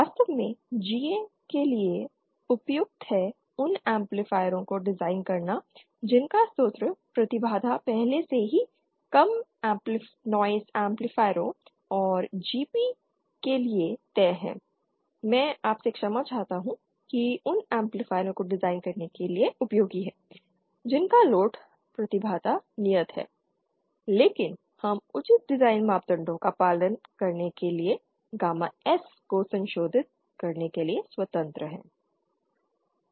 वास्तव में GA के लिए उपयुक्त है उन एम्पलीफायरों को डिजाइन करना जिनका स्रोत प्रतिबाधा पहले से ही कम नॉइज़ एम्पलीफायरों और GP के लिए तय है मैं आपसे क्षमा चाहता हूं कि उन एम्पलीफायरों को डिजाइन करने के लिए उपयोगी है जिनका लोड प्रतिबाधा नियत है लेकिन हम उचित डिजाइन मापदंडों का पालन करने के लिए गामा एस को संशोधित करने के लिए स्वतंत्र हैं